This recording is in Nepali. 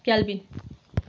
क्यालबिन